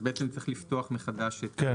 אז בעצם צריך לפתוח מחדש את הרוויזיה.